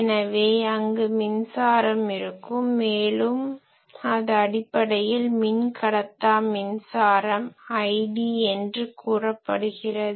எனவே அங்கு மின்சாரம் இருக்கும் மேலும் அது அடிப்படையில் மின்கடத்தா மின்சாரம் id என்று கூறப்படுகிறது